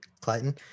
Clayton